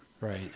Right